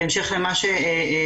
בהמשך למה שציינת,